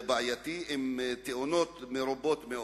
בעייתי מאוד, ויש בו הרבה מאוד תאונות דרכים.